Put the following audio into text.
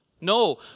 No